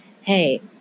hey